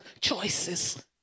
Choices